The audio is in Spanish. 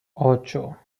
ocho